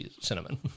cinnamon